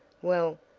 well,